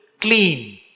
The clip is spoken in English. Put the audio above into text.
clean